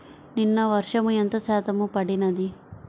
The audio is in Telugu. నిన్న వర్షము ఎంత శాతము పడినది?